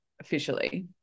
officially